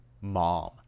mom